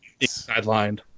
sidelined